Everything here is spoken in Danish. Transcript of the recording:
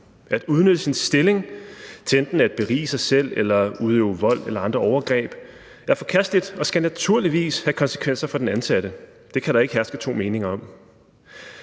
At udnytte sin stilling til enten at berige sig selv eller udøve vold eller andre overgreb er forkasteligt og skal naturligvis have konsekvenser for den ansatte. Det kan der ikke herske to meninger om.